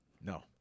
No